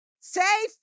safe